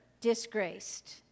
disgraced